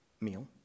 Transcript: meal